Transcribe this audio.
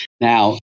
Now